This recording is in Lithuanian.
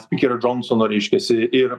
spykerio džonsono reiškiasi ir